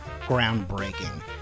groundbreaking